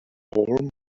all